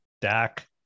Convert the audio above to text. Dak